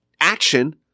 action